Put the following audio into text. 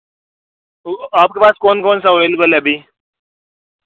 वह आपके पास कौन कौनसा अवेलबल है अभी